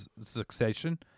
succession